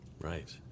Right